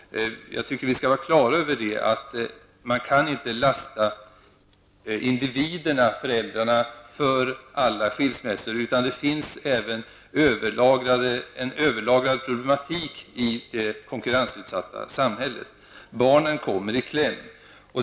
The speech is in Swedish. Jag anser att man måste vara på det klara med att man inte kan lasta individerna, föräldrarna, för alla skilsmässor. Det finns även en överlagrad problematik i det konkurrensutsatta samhället, och barnen kommer i kläm.